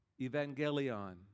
Evangelion